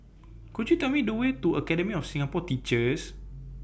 Could YOU Tell Me The Way to Academy of Singapore Teachers